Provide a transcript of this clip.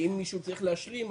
ואם מישהו צריך להשלים,